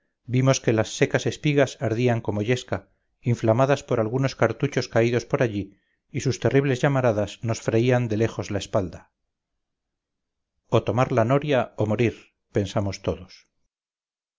vimos que las secas espigas ardían como yesca inflamadas por algunos cartuchos caídos por allí y sus terribles llamaradas nos freían de lejos la espalda o tomar la noria o morir pensamos todos